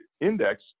index